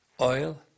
oil